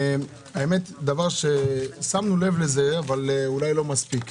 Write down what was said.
דבר ששמנו לב אליו אבל אולי לא מספיק: